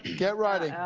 get ready. oh,